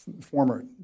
former